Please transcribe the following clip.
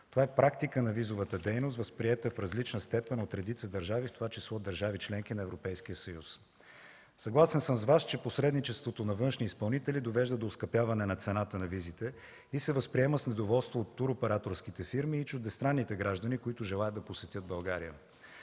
Това е практика на визовата дейност, възприета в различна степен от редица държави, в това число държави – членки на Европейския съюз. Съгласен съм с Вас, че посредничеството на външни изпълнители довежда до оскъпяване на цената на визите и се възприема с недоволство от туроператорските фирми и чуждестранните граждани, които желаят да посетят България.